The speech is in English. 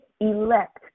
elect